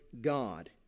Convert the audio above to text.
God